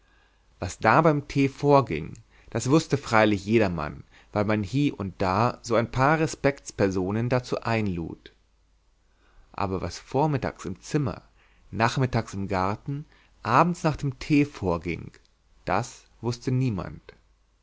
was da beim tee vorging das wußte freilich jedermann weil man hie und da so ein paar respektspersonen dazu einlud aber was vormittags im zimmer nachmittags im garten abends nach dem tee vorging das wußte niemand